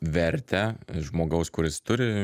vertę žmogaus kuris turi